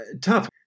tough